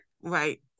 right